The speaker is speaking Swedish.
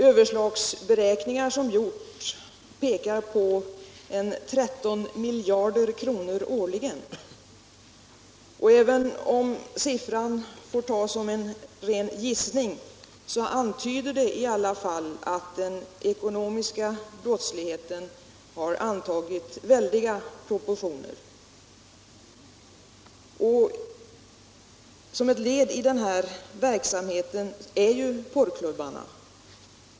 Överslagsberäkningar som gjorts pekar på bortåt 13 miljarder kronor årligen - och även om siffran får tas som en ren gissning antyder den i alla fall att den ekonomiska brottsligheten har antagit väldiga proportioner. Nr 109 Ett led i den här verksamheten är ju porrklubbarna.